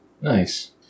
Nice